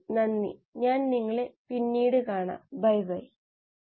അടുത്ത പ്രഭാഷണത്തിൽ നമ്മൾ കോഴ്സിൽ ചെയ്തതെല്ലാം ചുരുക്കത്തിൽ സംഗ്രഹിക്കും